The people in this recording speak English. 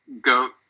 goat